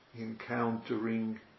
encountering